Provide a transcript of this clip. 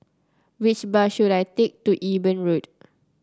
which bus should I take to Eben Road